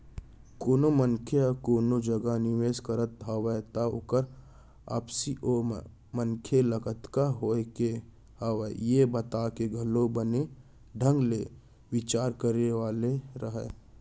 कोनो मनसे ह कोनो जगह निवेस करत हवय त ओकर वापसी ओ मनसे ल कतका होय के हवय ये बात के घलौ बने ढंग ले बिचार करे वाले हरय